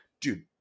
dude